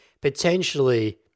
potentially